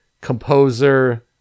composer